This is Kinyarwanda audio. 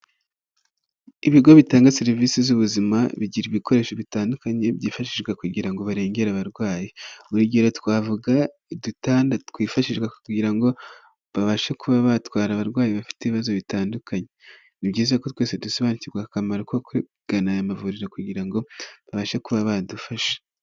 Ibigo bitanga serivisi z'ubuzima bigira ibikoresho bitandukanye byifashishwa kugira ngo barengere abarwayi buri gihe twavugada twifashishwa kugira ngo babashe kuba batwara abarwayi bafite ibibazo bitandukanye ni byiza ko twese dusobanukirwa akamaro ko kugana aya mavuriro kugira ngo babashe kuba badufashe.